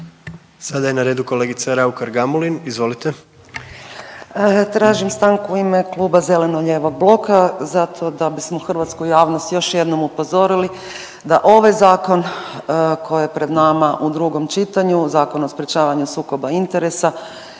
Sada je na redu kolegica Raukar Gamulin. Izvolite. **Raukar-Gamulin, Urša (Možemo!)** Tražim stanku u ime Kluba zeleno-lijevog bloka zato da bismo hrvatsku javnost još jednom upozorili da ovaj zakon koji je pred nama u drugom čitanju, Zakon o sprječavanju sukoba interesa